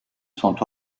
sont